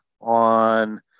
on